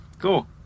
Cool